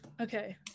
Okay